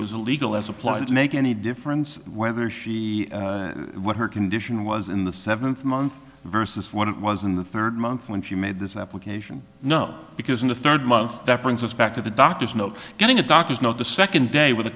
was illegal as applied to make any difference whether she what her condition was in the seventh month versus what it was in the third month when she made this application know because in the third month that brings us back to the doctor's note getting a doctor's note the second day with a